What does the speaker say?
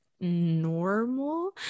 normal